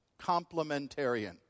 Complementarian